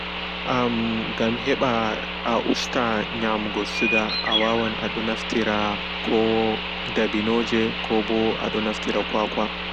Ammm gam heɓa a usta nyamugo sugar awawan ado naftira ko daɓinoje koɓo ado naftira kwa kwa.